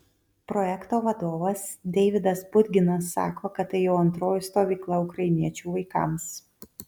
projekto vadovas deividas budginas sako kad tai jau antroji stovykla ukrainiečių vaikams